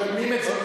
משלמים את זה,